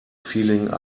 feeling